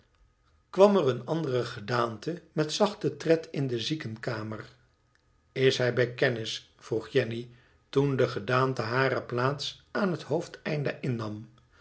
kwam er eene andere gedaante met zachten tred in de ziekenkamer is hij bij kennis vroeg jenny toen de gedaante hare plaats aan het hoofdeinde innam